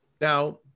Now